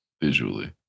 Visually